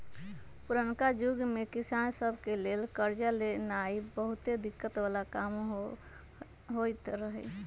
पुरनका जुग में किसान सभ के लेल करजा लेनाइ बहुते दिक्कत् बला काम होइत रहै